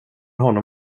honom